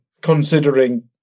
considering